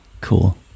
cool